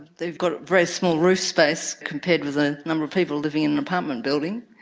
they've got a very small roof space compared with the number of people living in an apartment building.